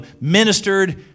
ministered